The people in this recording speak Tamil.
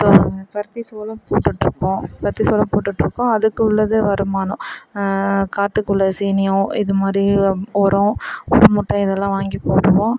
இப்போ பருத்தி சோளம் போட்டுட்டிருக்கோம் பருத்தி சோளம் போட்டுட்டிருக்கோம் அதுக்கு உள்ளது வருமானம் காட்டுக்குள்ளே சீனியோ இது மாதிரி உரம் மூட்டை இதெல்லாம் வாங்கி போடுவோம்